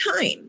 time